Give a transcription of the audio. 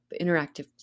interactive